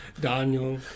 Daniel